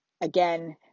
again